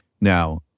Now